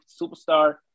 superstar